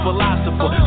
philosopher